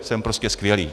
Jsem prostě skvělý.